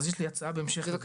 אז יש לי הצעה בהמשך לזה.